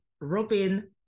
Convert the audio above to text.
Robin